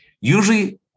usually